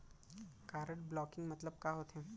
Card blocking मतलब का होथे?